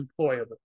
employable